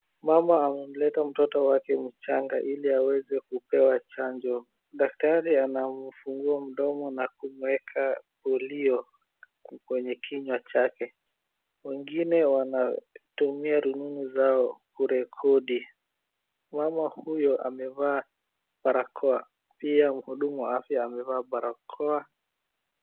Mama amemleta mtoto wake mchanga ili aweweze kupewa chanjo. Daktari anamfungua mdomo na kumweka ulio kwenye kinywa chake, wengine wanatumia rununu zao kurekodi. Mama huyo amevaa barakoa pia mhudumu wa afya amevaa barakoa.